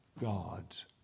God's